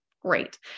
Great